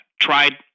tried